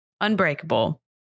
Unbreakable